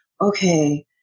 okay